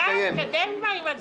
יאללה, תתקדם כבר עם הדיון הזה.